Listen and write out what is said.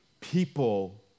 people